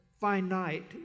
finite